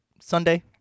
Sunday